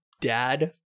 dad